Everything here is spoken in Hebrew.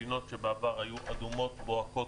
מדינות שבעבר היו אדומות בוהקות,